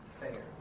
fair